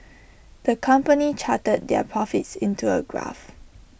the company charted their profits into A graph